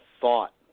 thought